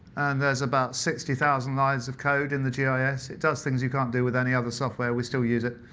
there's about sixty thousand lines of code in the gis. it does things you can't do with any other software. we still use it.